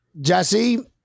Jesse